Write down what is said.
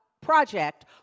project